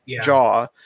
jaw